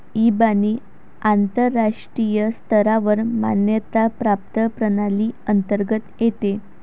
इबानी आंतरराष्ट्रीय स्तरावर मान्यता प्राप्त प्रणाली अंतर्गत येते